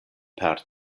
per